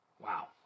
Wow